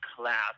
class